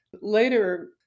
Later